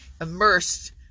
Immersed